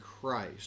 Christ